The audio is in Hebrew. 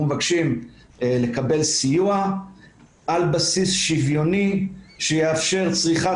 אנחנו מבקשים לקבל סיוע על בסיס שוויוני שיאפשר צריכת